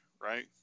right